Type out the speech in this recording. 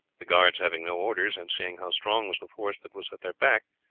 the guards having no orders, and seeing how strong was the force that was at their back,